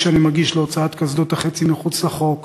שאני מגיש להוצאת קסדות החצי מחוץ לחוק.